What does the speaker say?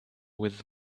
with